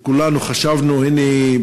וכולנו חשבנו שהנה,